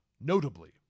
Notably